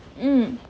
mm